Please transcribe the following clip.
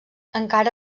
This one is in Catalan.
encara